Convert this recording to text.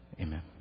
amen